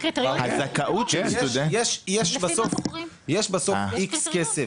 יש בסוף X כסף.